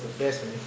the best man